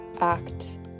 act